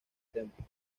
templo